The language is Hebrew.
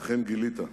אכן גילית.